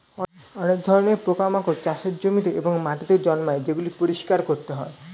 অনেক ধরণের পোকামাকড় চাষের জমিতে এবং মাটিতে জন্মায় যেগুলি পরিষ্কার করতে হয়